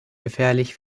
gefährlich